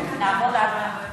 נעבוד על מה?